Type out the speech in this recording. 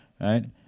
right